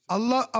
Allah